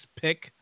pick